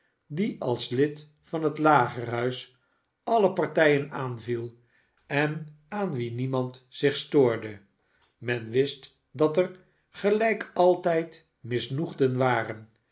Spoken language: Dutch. die als lid van het lagerhuis alle partijen aanviel en aan wien niemand zich stoorde men wist dat er gelijk altijd misnoegden waren